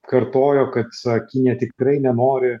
kartojo kad su kinija tikrai nenori